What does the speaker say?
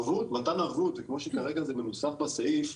מתן ערבות וכמו שכרגע זה מנוסח בסעיף,